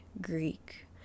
Greek